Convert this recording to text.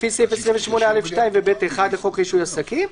לפי סעיף 28(א)(2) ו-(ב)(1) לחוק רישוי עסקים,